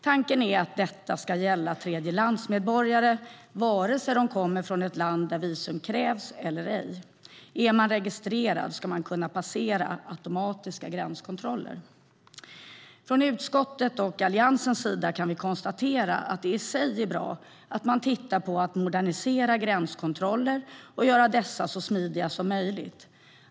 Tanken är att detta ska gälla tredjelandsmedborgare vare sig de kommer från ett land där visum krävs eller ej. Är man registrerad ska man kunna passera automatiska gränskontroller. Från utskottets och Alliansens sida kan vi konstatera att det i sig är bra att man tittar på att modernisera gränskontroller och gör dessa så smidiga som möjligt.